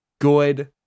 good